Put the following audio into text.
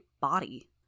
body